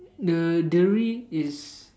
the delivery is